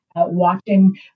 Watching